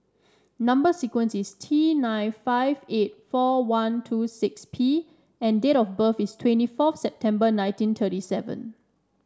number sequence is T nine five eight four one two six P and date of birth is twenty fourth September nineteen thirty seven